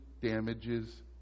damages